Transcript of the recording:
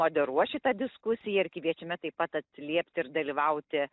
moderuos šitą diskusiją ir kviečiame taip pat atliepti ir dalyvauti